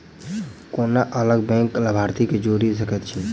कोना अलग बैंकक लाभार्थी केँ जोड़ी सकैत छी?